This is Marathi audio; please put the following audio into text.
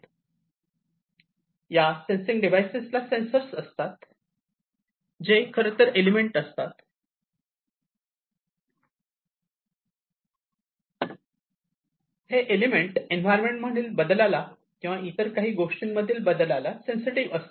तर या सेन्सिंग डिव्हायसेस ला सेन्सर्स असतात जे खर् तर एलिमेंट असतात जे या एन्व्हायरमेंट मधील बद्लाला किंवा इतर काही गोष्टीं मधील बदलाला सेन्सिटिव्ह असतात